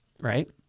right